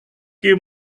que